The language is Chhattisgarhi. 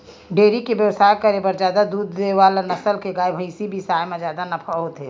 डेयरी के बेवसाय करे बर जादा दूद दे वाला नसल के गाय, भइसी बिसाए म जादा नफा होथे